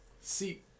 See